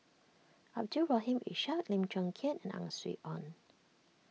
Abdul Rahim Ishak Lim Chong Keat and Ang Swee Aun